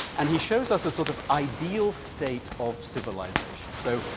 and he shows us a sort of ideal state of civilisation. so,